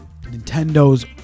Nintendo's